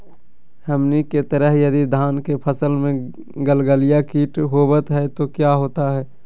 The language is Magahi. हमनी के तरह यदि धान के फसल में गलगलिया किट होबत है तो क्या होता ह?